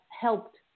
helped